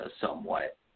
somewhat